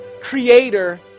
creator